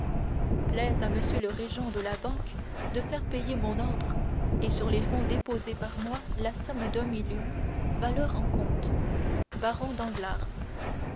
plaise à m le régent de la banque de faire payer à mon ordre et sur les fonds déposés par moi la somme d'un million valeur en compte baron danglars